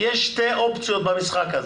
יש שתי אופציות במשחק הזה.